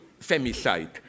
femicide